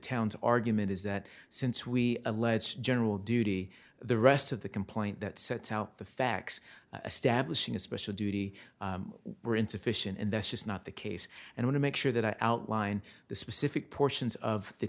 town's argument is that since we alleged general duty the rest of the complaint that sets out the facts stablish in a special duty were insufficient and that's just not the case and want to make sure that i outline the specific portions of the